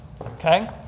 Okay